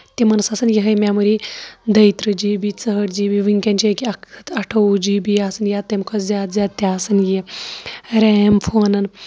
تِمن ٲسۍ آسان یِہوے میٚموری دۄیہِ تٕرٛہ جی بی ژُہٲٹھ جی بی وٕنکیٚن چھِ أکیاہ اکھ ہَتھ اَٹھوُہ جی بی آسان یا تِمہِ کھۄتہٕ زیادٕ زیادٕ تہِ آسان یہِ ریم فونن